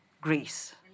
Greece